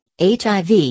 HIV